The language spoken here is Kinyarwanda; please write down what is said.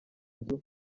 nzu